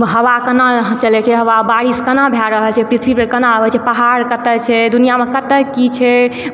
हवा केना चलय छै हवा बारिश केना भए रहल छै पृथ्वीपर केना अबय छै पहाड़ कतऽ छै दुनियामे कतऽ की छै